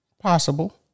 Possible